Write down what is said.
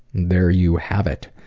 there you have it.